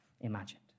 imagined